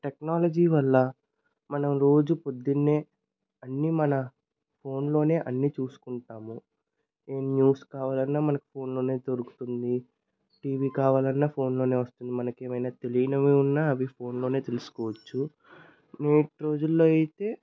technology వల్ల మనం రోజు పొద్దున్నే అన్ని మన ఫోన్లోనే అన్ని చూసుకుంటాము ఏం న్యూస్ కావాలన్నా మనకి ఫోన్లోనే దొరుకుతుంది టీవీ కావాలన్నా ఫోన్లోనే వస్తుంది మనకి ఏమైనా తెలియనవి ఉన్న అవి ఫోన్లోనే తెలుసుకోవచ్చు నేటి రోజుల్లో అయితే